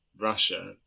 Russia